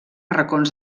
racons